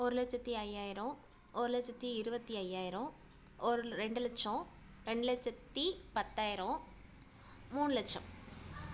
ஒரு லட்சத்தி ஐயாயிரம் ஒரு லட்சத்தி இருபத்தி ஐயாயிரம் ஒரு ரெண்டு லட்சம் ரெண்டு லட்சத்தி பத்தாயிரம் மூணு லட்சம்